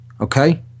Okay